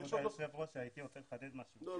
כבוד היושב ראש, הייתי רוצה לחדד משהו, משהו חשוב.